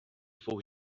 fou